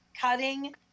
cutting